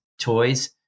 toys